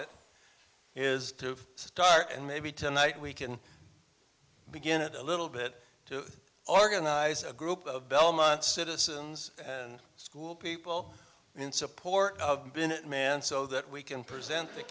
it is to start and maybe tonight we can begin it a little bit to organize a group of belmont citizens school people in support of been a man so that we can present th